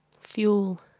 Fuel